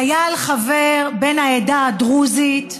חייל בן העדה הדרוזית,